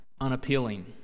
unappealing